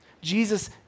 Jesus